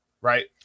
Right